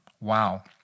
Wow